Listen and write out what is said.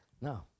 No